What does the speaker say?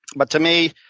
but to me,